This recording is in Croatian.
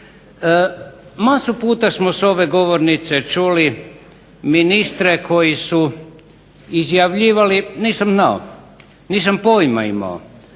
Masu puta smo s ove govornice čuli ministre koji su izjavljivali nisam znao, nisam pojma imao,